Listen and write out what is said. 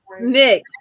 nick